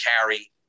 carry